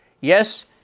Yes